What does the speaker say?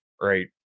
Right